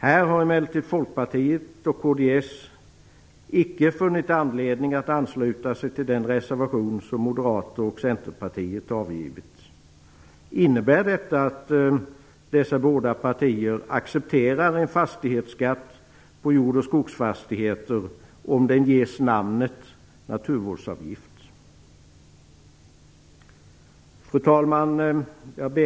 Här har emellertid Folkpartiet och kds icke funnit anledning att ansluta sig till den reservation som Moderater och Centerpartiet har avgivit. Innebär detta att dessa båda partier accepterar en fastighetsskatt på jord och skogsfastigheter om den ges namnet naturvårdsavgift? Fru talman!